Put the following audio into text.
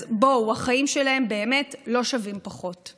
אז בואו, החיים שלהם באמת לא שווים פחות.